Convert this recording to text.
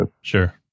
Sure